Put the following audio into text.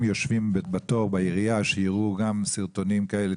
יושבים בתור בעירייה שיראו גם סרטונים כאלה,